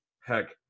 heck